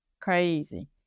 crazy